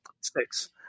Six